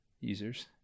users